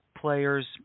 players